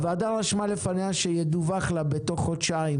הוועדה רשמה לפניה שידווח לה בכתב בתוך חודשיים,